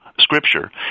Scripture